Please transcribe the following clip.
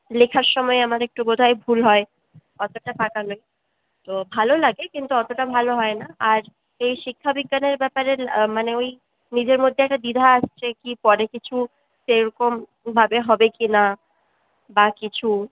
লেখার সময় আমার একটু বোধহয় ভুল হয় অতটা পাকা নই তো ভালো লাগে কিন্তু অতটা ভালো হয় না আর এই শিক্ষাবিজ্ঞানের ব্যাপারে মানে ওই নিজের মধ্যে একটা দ্বিধা আসছে কি পরে কিছু সেরকম ভাবে হবে কিনা বা কিছু